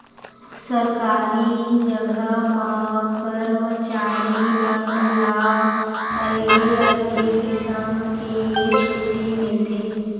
सरकारी जघा म करमचारी मन ला अलगे अलगे किसम के छुट्टी मिलथे